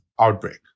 outbreak